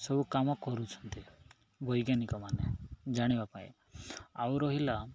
ସବୁ କାମ କରୁଛନ୍ତି ବୈଜ୍ଞାନିକମାନେ ଜାଣିବା ପାଇଁ ଆଉ ରହିଲା